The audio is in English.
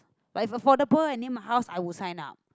but if affordable and near my house I would sign up